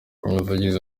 umuvugizi